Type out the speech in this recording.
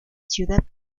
ciudad